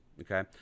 Okay